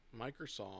Microsoft